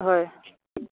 হয়